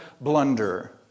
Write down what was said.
blunder